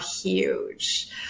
huge